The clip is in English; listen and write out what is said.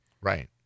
right